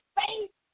faith